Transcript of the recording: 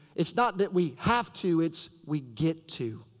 it's not that we have to. it's we get to.